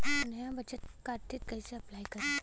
नया बचत कार्ड के लिए कइसे अपलाई करी?